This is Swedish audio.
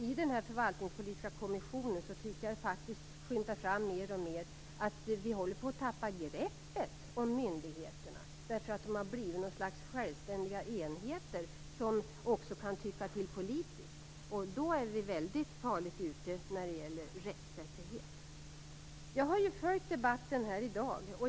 I den förvaltningspolitiska kommissionen tycker jag att det skymtar fram mer och mer att vi håller på att tappa greppet om myndigheterna. De har blivit något slags självständiga enheter som också kan tycka till politiskt. Då är vi mycket illa ute när det gäller rättssäkerhet. Jag har följt debatten i dag.